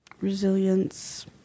resilience